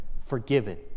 forgiven